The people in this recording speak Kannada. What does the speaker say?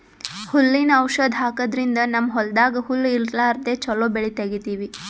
ಹುಲ್ಲಿನ್ ಔಷಧ್ ಹಾಕದ್ರಿಂದ್ ನಮ್ಮ್ ಹೊಲ್ದಾಗ್ ಹುಲ್ಲ್ ಇರ್ಲಾರ್ದೆ ಚೊಲೋ ಬೆಳಿ ತೆಗೀತೀವಿ